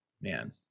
Man